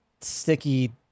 sticky